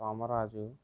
Somaraju